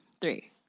three